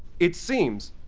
it seems